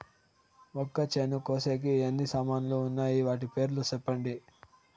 మొక్కచేను కోసేకి ఎన్ని సామాన్లు వున్నాయి? వాటి పేర్లు సెప్పండి?